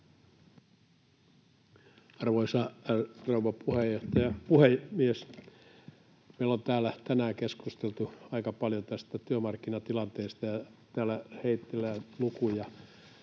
Arvoisa rouva puhemies! Meillä on täällä tänään keskusteltu aika paljon tästä työmarkkinatilanteesta. Täällä heitellään lukuja